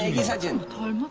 he's good and